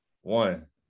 One